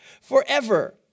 forever